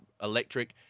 electric